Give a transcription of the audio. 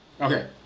Okay